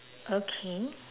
okay